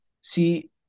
See